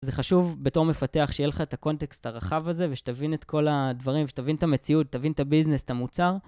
זה חשוב בתור מפתח שיהיה לך את הקונטקסט הרחב הזה, ושתבין את כל הדברים, שתבין את המציאות, תבין את הביזנס, את המוצר.